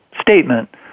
statement